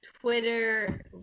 twitter